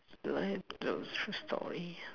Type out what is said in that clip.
like to share story